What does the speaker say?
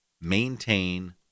maintain